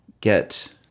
get